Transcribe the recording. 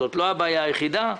זאת לא הבעיה היחידה.